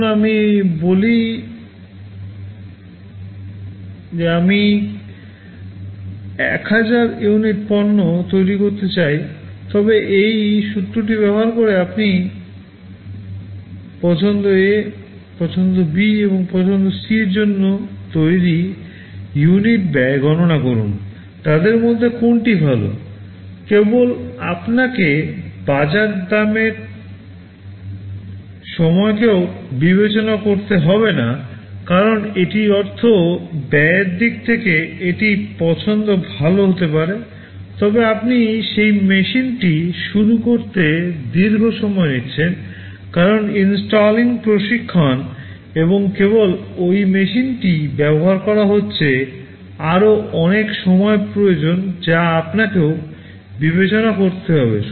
ধরুন আমি বলি আমি 1000 ইউনিট পণ্য তৈরি করতে চাই তবে এই সূত্রটি ব্যবহার করে আপনি চয়েস এ চয়েস বি এবং চয়েস সি প্রশিক্ষণ এবং কেবল সেই মেশিনটিই ব্যবহার করা হচ্ছে আরও অনেক সময় প্রয়োজন যা আপনাকেও বিবেচনা করতে হবে